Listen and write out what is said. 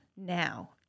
now